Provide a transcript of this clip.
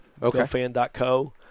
GoFan.co